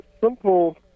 simple